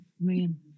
man